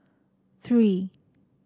three